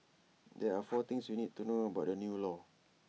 there are four things you need to know about the new law